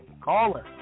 Caller